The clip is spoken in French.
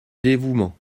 dévouement